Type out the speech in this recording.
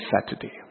Saturday